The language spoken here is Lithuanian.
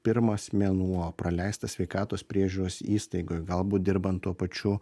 pirmas mėnuo praleistas sveikatos priežiūros įstaigoj galbūt dirbant tuo pačiu